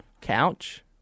Couch